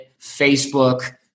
Facebook